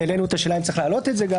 והעלינו את השאלה אם צריך להעלות את זה.